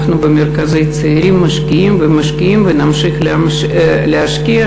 אנחנו במרכזי הצעירים משקיעים ומשקיעים ונמשיך להשקיע.